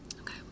Okay